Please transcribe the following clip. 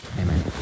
amen